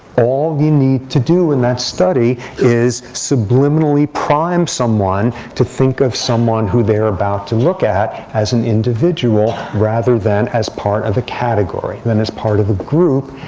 all you need to do in that study is subliminally prime someone to think of someone who they're about to look at as an individual, rather than as part of a category, than as part of a group.